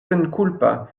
senkulpa